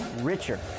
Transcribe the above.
richer